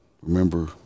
remember